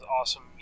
awesome